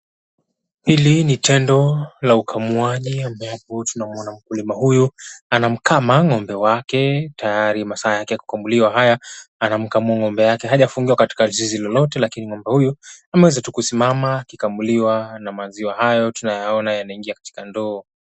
Hili ni tendo la ukamuaji ambapo tunamuona mkulima huyu anamkama Ng'ombe wake tayari masaa yake ya kukamuliwa haya, anamkamua ng'ombe wake hajafunguliwa katika zizi lolote lakini ng'ombe huyu ameweza tu kusimama akikamuliwa na maziwa hayo tunayaona yanaingia katika ndoo.